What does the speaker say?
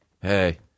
hey